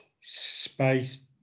space